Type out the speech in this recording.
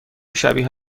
شبیه